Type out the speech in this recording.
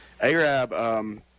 ARAB